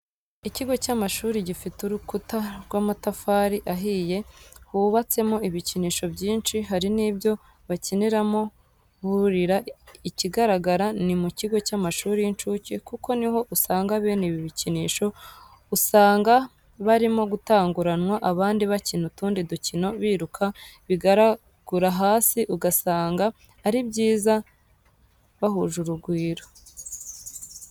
Ikigo cy'amashuri gifite urukuta rw'amatafari ahiye hubatsemo ibikinisho byinshi, hari n'ibyo bakiniramo burira ikigaragara ni mu kigo cy'amashuri y'incuke kuko ni ho usanga bene ibi bikinisho, usanga barimo gutanguranwa abandi bakina utundi dukino biruka bigaragura hasi ugasanga ari byiza bahuje urugwiro.